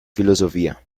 filosofía